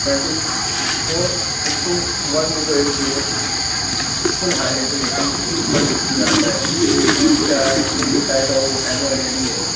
L D four into one zero eight zero full high definition کا display آتا ہے اس کا اسکرین جو ٹائپ ہے وہ ایمو ایل ای ڈی ہے